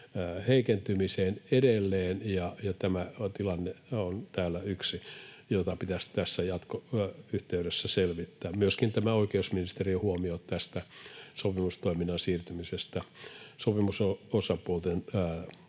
heikentymiseen edelleen, ja tämä tilanne on yksi, jota pitäisi tässä yhteydessä selvittää. Myöskin tämä oikeusministeriön huomio sopimustoiminnan siirtymisestä sopimusosapuolten